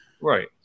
right